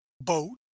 boat